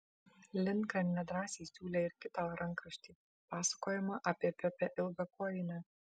lindgren nedrąsiai siūlė ir kitą rankraštį pasakojimą apie pepę ilgakojinę